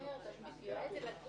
אולי זה משהו